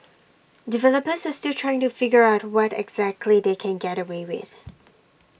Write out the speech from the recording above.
developers are still trying to figure out what exactly they can get away with